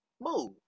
Move